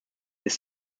his